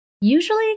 usually